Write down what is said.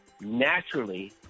naturally